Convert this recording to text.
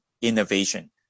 innovation